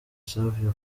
savio